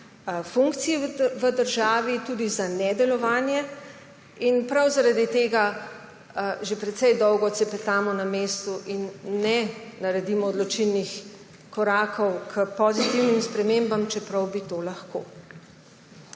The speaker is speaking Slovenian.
funkciji v državi, tudi za nedelovanje. Prav zaradi tega že precej dolgo cepetamo na mestu in ne naredim odločilnih korakov k pozitivnim spremembam, čeprav bi jih lahko.